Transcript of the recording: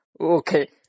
Okay